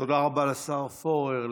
תודה רבה לשר פורר.